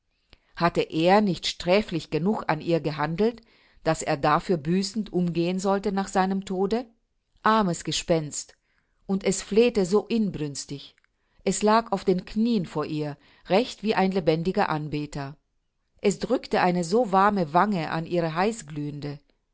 hatte er nicht sträflich genug an ihr gehandelt daß er dafür büßend umgehen sollte nach seinem tode armes gespenst und es flehete so inbrünstig es lag auf den knieen vor ihr recht wie ein lebendiger anbeter es drückte eine so warme wange an ihre